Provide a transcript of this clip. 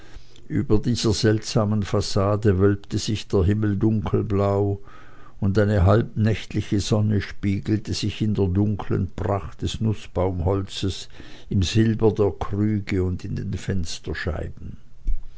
über dieser seltsamen fassade wölbte sich der himmel dunkelblau und eine halb nächtliche sonne spiegelte sich in der dunklen pracht des nußbaumholzes im silber der krüge und in den fensterscheiben